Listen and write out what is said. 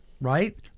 Right